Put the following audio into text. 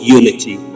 unity